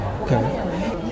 Okay